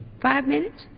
five minutes.